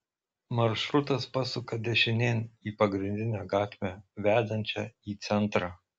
maršrutas pasuka dešinėn į pagrindinę gatvę vedančią į centrą